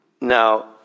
now